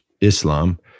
Islam